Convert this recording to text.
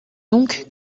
donc